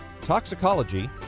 toxicology